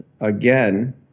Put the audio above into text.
again